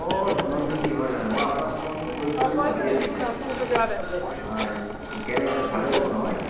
অ' ধননজ্যোতি হয় হয় মই আপোনাক ফোন কৰিম বুলি ভাবিয়ে আছিলোঁ হয় কেনে আছে ভালে আছে নহয়